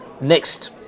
next